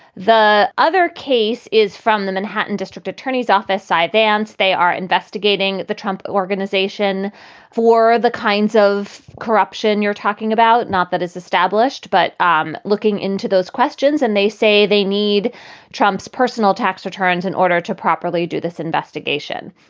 the other case is from the manhattan district attorney's office, cy vance. they are investigating the trump organization for the kinds of corruption you're talking about, not that is established, but um looking into those questions. and they say they need trump's personal tax returns in order to properly do this investigation.